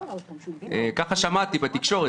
ככה שמעתי בתקשורת.